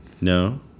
No